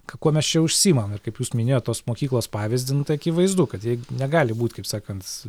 k kuo mes čia užsiimam ir kaip jūs minėjot tos mokyklos pavyzdį nu tai akivaizdu kad jei negali būt kaip sakant